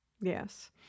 yes